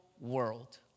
world